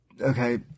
Okay